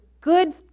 good